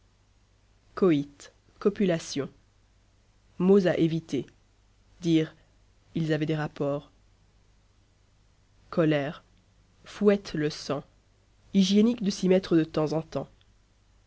coit copulation mots à éviter dire ils avaient des rapports colère fouette le sang hygiénique de s'y mettre de temps en temps